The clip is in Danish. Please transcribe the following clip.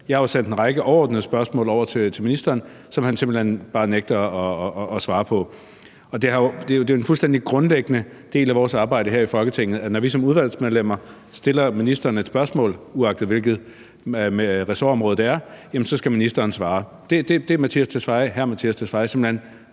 Jeg har jo sendt en række overordnede spørgsmål over til ministeren, som han simpelt hen bare nægter at svare på. Det er jo en fuldstændig grundlæggende del af vores arbejde her i Folketinget, at når vi som udvalgsmedlemmer stiller ministeren et spørgsmål, uagtet hvilket ressortområde det er, så skal ministeren svare, men det er ministeren